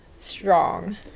strong